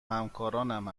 همکارانم